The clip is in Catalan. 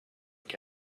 que